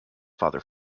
father